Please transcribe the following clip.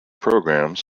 programmes